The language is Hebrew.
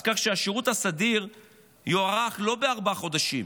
אז השירות הסדיר יוארך לא בארבעה חודשים